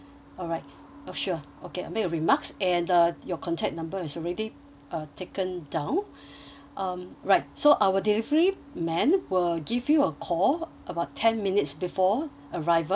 oh sure okay I'll make a remarks and the your contact number is already uh taken down um right so our delivery man will give you a call about ten minutes before arrival